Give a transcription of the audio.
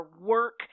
work